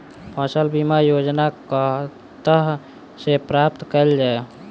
फसल बीमा योजना कतह सऽ प्राप्त कैल जाए?